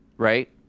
Right